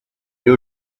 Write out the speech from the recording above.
you